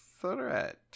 threat